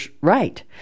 right